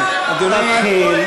אני אתחיל.